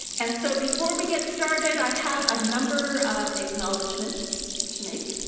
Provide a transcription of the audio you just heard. and so before we get started i have a number of acknowledgments to make.